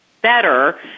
better